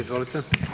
Izvolite.